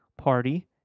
party